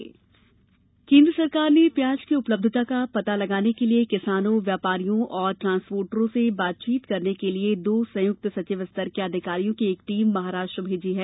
प्याज कीमत केंद्र सरकार ने प्याज की उपलब्धता का पता लगाने के लिए किसानों व्यापारियों और ट्रांसपोर्टरों से बातचीत करने के लिए दो संयुक्त सचिव स्तर के अधिकारियों की एक टीम महाराष्ट्र भेजी है